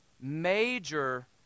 major